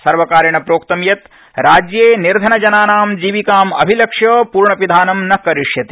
सर्वकारेण प्रोक्तं यत् राज्ये निर्धन जनानां जीविकाम् अभिलक्ष्य पर्णपिधानं न करिष्यते